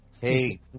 Hey